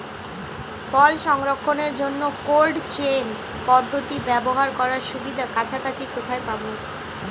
ফল সংরক্ষণের জন্য cold chain পদ্ধতি ব্যবহার করার সুবিধা কাছাকাছি কোথায় পাবো?